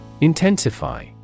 Intensify